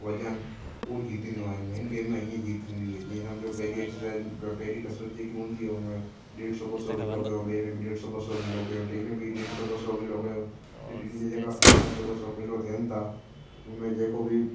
वजन उहो जीतींदो आहे हिन में हिन गेम में ईअं ई जीत थींदी आहे जीअं समिझो पहिरीं एक्सर्साइज़ पहिरीं कसरत जेकी हूंदी आहे हुन में डेढ सौ ॿ सौ किलो कयो ॿे में बि ॾेढ सौ ॿ सौ किलो कयो टे में बि ॾेढ सौ ॿ सौ किलो कयो ऐं टिनी जा जेका ॿ सौ ॿ सौ किलो थियनि था हुन में जेको बि